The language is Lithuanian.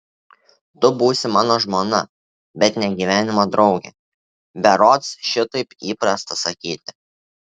tu būsi mano žmona bet ne gyvenimo draugė berods šitaip įprasta sakyti